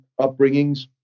upbringings